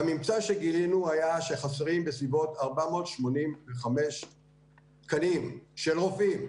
והממצא שגילינו היה שחסרים בסביבות 485 תקנים של רופאים,